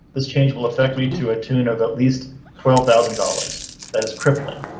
this change will affect me to attune of at least twelve thousand dollars that is crippling.